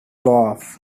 laugh